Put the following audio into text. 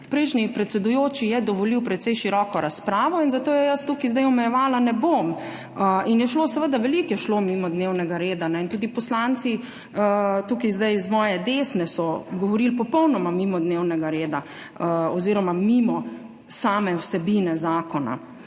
Prejšnji predsedujoči je dovolil precej široko razpravo in zato je jaz tukaj zdaj omejevala ne bom. In je šlo, seveda, veliko je šlo mimo dnevnega reda. Tudi poslanci na moji desni so govorili popolnoma mimo dnevnega reda oziroma mimo same vsebine zakona.